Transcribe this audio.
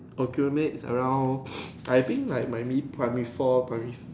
accumulate around I think like might be primary four primary